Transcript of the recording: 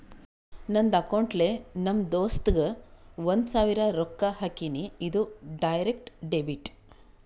ನಂದ್ ಅಕೌಂಟ್ಲೆ ನಮ್ ದೋಸ್ತುಗ್ ಒಂದ್ ಸಾವಿರ ರೊಕ್ಕಾ ಹಾಕಿನಿ, ಇದು ಡೈರೆಕ್ಟ್ ಡೆಬಿಟ್